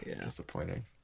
disappointing